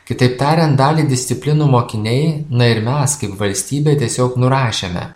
kitaip tariant dalį disciplinų mokiniai na ir mes kaip valstybė tiesiog nurašėme